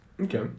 Okay